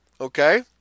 Okay